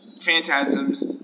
phantasms